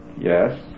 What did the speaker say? Yes